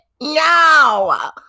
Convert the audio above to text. No